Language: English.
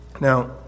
Now